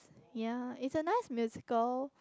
yea is a nice musical